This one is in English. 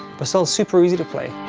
but still super easy to play